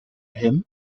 him